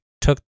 took